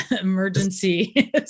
emergency